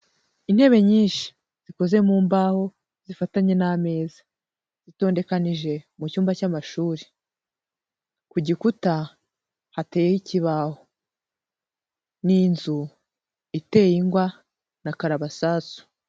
Intebe nyinshi zikoze mu mbaho zifatanye n'ameza, zitondekanije mu cyumba cy'amashuri, ku gikuta hateye ikibaho, ni nzu iteye ingwa na karabasasu.